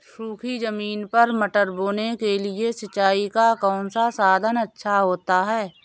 सूखी ज़मीन पर मटर बोने के लिए सिंचाई का कौन सा साधन अच्छा होता है?